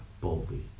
boldly